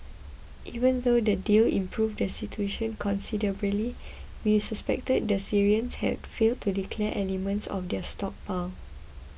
even though the deal improved the situation considerably we suspected that the Syrians had failed to declare elements of their stockpile